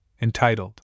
entitled